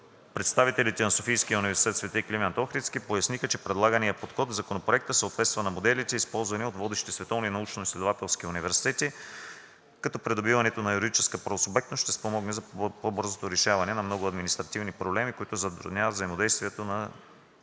Представителите на СУ „Св. Климент Охридски“ поясниха, че предлаганият подход в Законопроекта съответства на моделите, използвани от водещите световни научноизследователски университети, като придобиването на юридическа правосубектност ще спомогне за по-бързото решаване на много административни проблеми, които затрудняват взаимодействието на